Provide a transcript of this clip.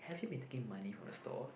have you been taking money from the store